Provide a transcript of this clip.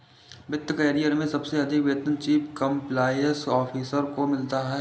वित्त करियर में सबसे अधिक वेतन चीफ कंप्लायंस ऑफिसर को मिलता है